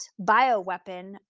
bioweapon